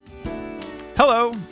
Hello